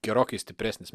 gerokai stipresnis